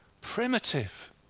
primitive